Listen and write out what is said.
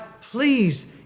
please